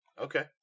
Okay